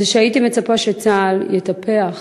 הייתי מצפה שצה"ל יטפח